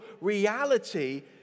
reality